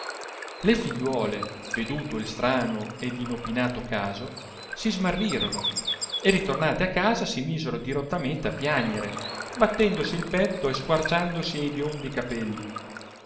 le figliuole veduto il strano ed inopinato caso si smarrirono e ritornate a casa si misero dirottamente a piagnere battendosi il petto e squarciandosi e biondi capelli